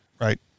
right